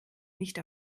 nicht